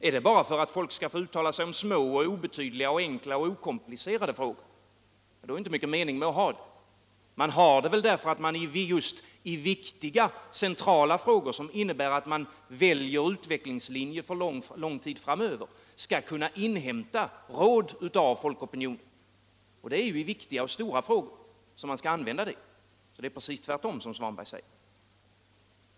Är det bara för att folk skall få uttala sig om små, obetydliga, enkla och okomplicerade frågor. Då är det inte mycket mening att ha det. Man har det väl därför att man just i viktiga centrala frågor, som innebär att man väljer utvecklingslinjer för lång tid framöver, skall kunna inhämta råd av folkopinionen. Och det är i viktiga och stora frågor som det skall användas. Det som herr Svanberg säger innebär att man gör precis tvärtom.